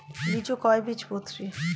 লিচু কয় বীজপত্রী?